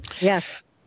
Yes